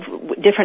different